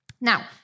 Now